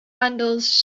handles